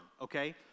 okay